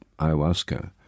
ayahuasca